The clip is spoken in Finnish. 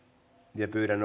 pyydän